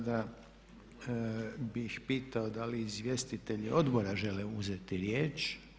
Sada bih pitao da li izvjestitelji odbora žele uzeti riječ?